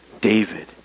David